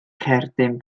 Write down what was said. cerdyn